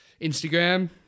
instagram